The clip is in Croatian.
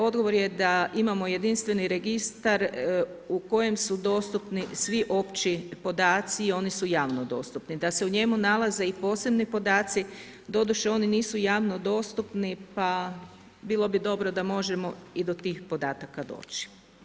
Odgovor je da imamo jedinstveni registar u kojem su dostupni svi opći podaci i oni su javno dostupni, da se u njemu nalaze i posebni podaci, doduše oni nisu javno dostupni pa bilo bi dobro da možemo i do tih podataka doći.